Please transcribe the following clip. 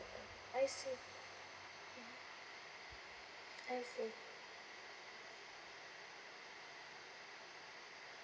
I see I see